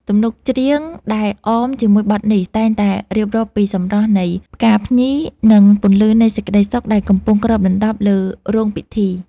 ទំនុកច្រៀងដែលអមជាមួយបទនេះ តែងតែរៀបរាប់ពីសម្រស់នៃផ្កាភ្ញី និងពន្លឺនៃសេចក្តីសុខដែលកំពុងគ្របដណ្តប់លើរោងពិធី